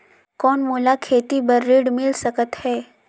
कौन मोला खेती बर ऋण मिल सकत है?